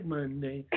Monday